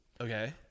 Okay